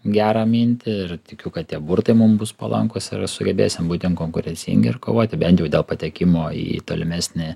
gerą mintį ir tikiu kad tie burtai mum bus palankūs ir sugebėsim būt jiem konkurencingi ir kovoti bent jau dėl patekimo į tolimesnį